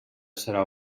serà